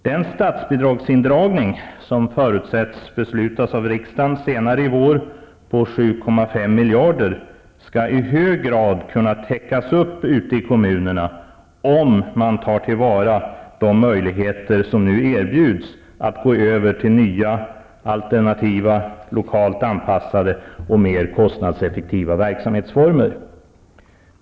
Den statsbidragsindragning på 7,5 miljarder, som förutsätts beslutas av riksdagen senare i vår, skall i hög grad kunna täckas ute i kommunerna, om man tar till vara de möjligheter som nu erbjuds att gå över till nya, alternativa, lokalt anpassade och mer kostnadseffektiva verksamhetsformer.